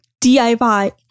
DIY